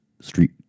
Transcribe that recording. street